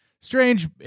Strange